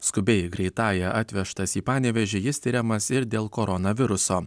skubiai greitąja atvežtas į panevėžį jis tiriamas ir dėl koronaviruso